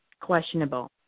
questionable